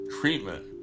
treatment